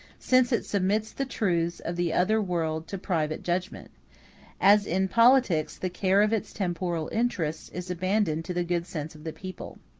since it submits the truths of the other world to private judgment as in politics the care of its temporal interests is abandoned to the good sense of the people.